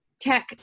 tech